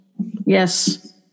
Yes